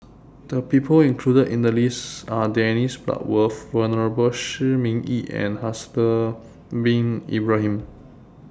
The People included in The list Are Dennis Bloodworth Venerable Shi Ming Yi and Haslir Bin Ibrahim